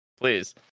Please